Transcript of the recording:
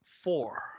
four